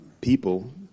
people